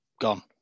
gone